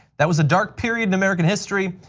that was a dark period in american history.